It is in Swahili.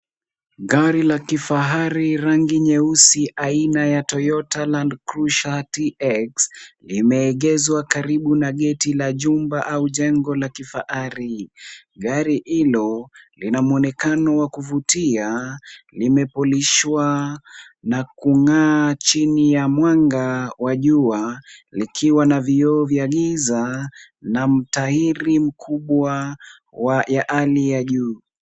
Gari la kifahari rangi ya nyeusi aina ya toyota land cruiser tx limeegezwa karibu na geti la jumba au jengo la kifahari. Gari hilo lina muonekano wa kuvutia limepolishwa na kung'aa chini ya mwanga wa jua likiwa na vioo vya giza na mtahiri mkubwa ya ani ya juu.